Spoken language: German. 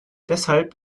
deshalb